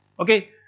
ok,